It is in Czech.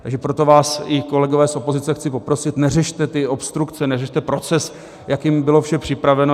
Takže proto vás, i kolegové z opozice, chci poprosit, neřešte ty obstrukce, neřešte proces, jakým bylo vše připraveno.